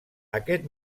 aquest